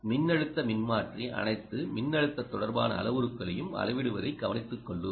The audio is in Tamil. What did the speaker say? மின்னழுத்த மின்மாற்றி அனைத்து மின்னழுத்த தொடர்பான அளவுருக்களையும் அளவிடுவதை கவனித்துக்கொள்ளும்